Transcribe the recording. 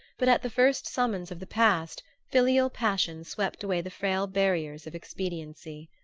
but at the first summons of the past filial passion swept away the frail barriers of expediency.